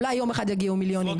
אולי יום אחד יגיעו מיליונים,